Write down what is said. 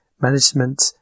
Management